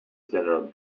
general